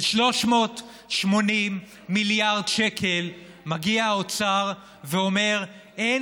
של 380 מיליארד שקל מגיע האוצר ואומר: אין